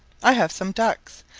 i have some ducks,